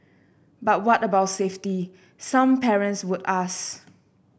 but what about safety some parents would ask